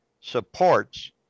supports